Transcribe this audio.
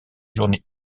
journées